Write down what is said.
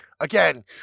again